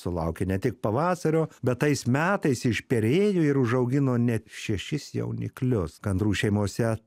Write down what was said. sulaukė ne tik pavasario bet tais metais išperėjo ir užaugino net šešis jauniklius gandrų šeimose